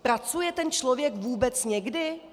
Pracuje ten člověk vůbec někdy?